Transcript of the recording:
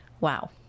Wow